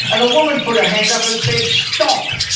and a woman put her hand up and said, stock.